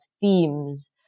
themes